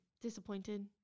disappointed